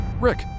Rick